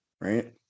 right